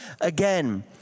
again